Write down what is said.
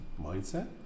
mindset